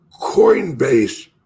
Coinbase